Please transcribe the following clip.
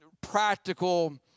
practical